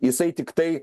jisai tiktai